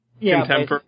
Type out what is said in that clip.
contemporary